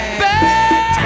bad